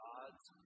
God's